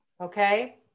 Okay